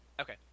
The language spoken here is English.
Okay